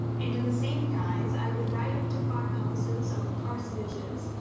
and in the same guise i would ride up to farmhouses, or parsonages,